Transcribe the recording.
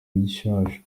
rishasha